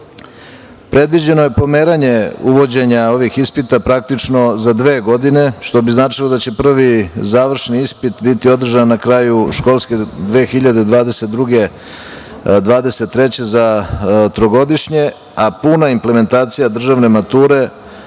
školovanje. Predviđeno je pomeranje uvođenja ovih ispita praktično za dve godine, što bi značilo da će prvi završni ispit biti održan na kraju školske 2022/23. godine trogodišnje, a puna implementacija državne mature